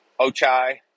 Ochai